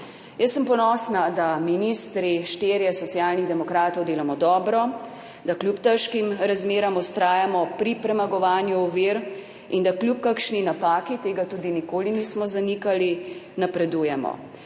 Jaz sem ponosna, da štirje ministri Socialnih demokratov delamo dobro, da kljub težkim razmeram vztrajamo pri premagovanju ovir in da kljub kakšni napaki – tega tudi nikoli nismo zanikali – napredujemo.